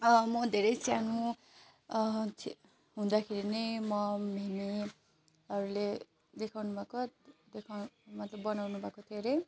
मो धेरै सानो थिएँ हुँदाखेरि नै म म्हेमेहरूले देखाउनु भएको देखाउँ मतलब बनाउनुको भएको थियो अरे